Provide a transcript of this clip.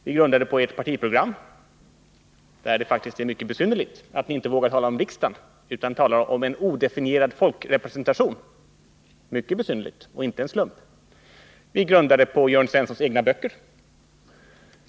Vi grundar det på ert partiprogram, där det faktiskt är mycket besynnerligt att ni inte vågar tala om riksdagen, utan talar om en odefinierad folkrepresentation. Mycket besynnerligt och inte en slump! Vi grundar det vidare på Jörn Svenssons egna böcker.